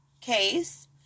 case